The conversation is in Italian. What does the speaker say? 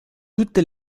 tutte